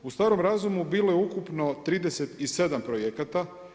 U starom razumu bilo je ukupno 37 projekata.